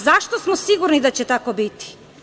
Zašto smo sigurni da će tako biti?